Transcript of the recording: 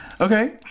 Okay